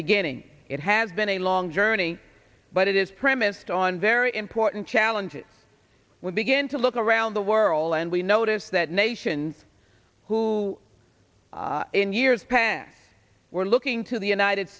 beginning it has been a long journey but it is premised on very important challenges would begin to look around the world and we notice that nations who in years past were looking to the united